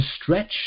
stretch